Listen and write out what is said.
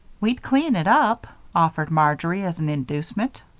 we'd clean it up, offered marjory, as an inducement.